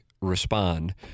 respond